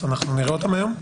שלום לכולם.